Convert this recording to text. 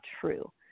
true